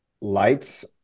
lights